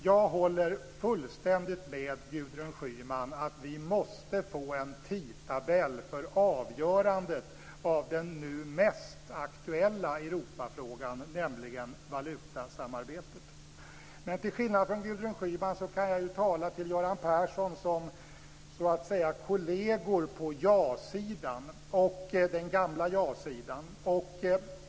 Jag håller fullständigt med Gudrun Schyman om att vi måste få en tidtabell för avgörandet av den nu mest aktuella Europafrågan, nämligen valutasamarbetet. Men till skillnad från Gudrun Schyman kan jag tala till Göran Persson som, så att säga, kolleger på den gamla ja-sidan.